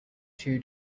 two